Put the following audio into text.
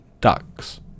ducks